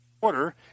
quarter